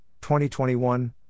2021